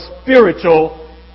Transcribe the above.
spiritual